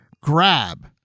grab